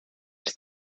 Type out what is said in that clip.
ers